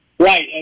Right